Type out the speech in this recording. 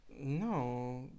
no